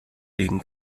legen